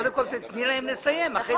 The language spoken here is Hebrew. קודם כל תני להם לסיים ואחר כך,